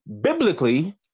Biblically